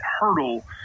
hurdle